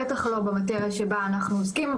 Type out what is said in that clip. בטח לא במאטריה שבה אנחנו עוסקים,